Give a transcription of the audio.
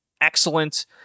excellent